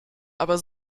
aber